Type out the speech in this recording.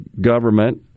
government